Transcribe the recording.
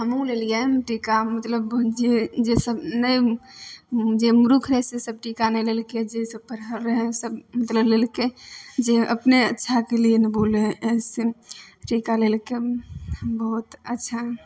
हमहुँ लेलियै टीका मतलब जे जेसब नहि जे मूरुख रहै से सब टीका नै लेलकै जेसब पढ़ल रहै ओ सब मतलब लेलकै जे अपने अच्छा के लिए नऽ बोलै है से टीका लैला तऽ बहुत अच्छा